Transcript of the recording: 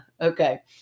Okay